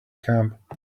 camp